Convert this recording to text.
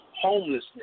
homelessness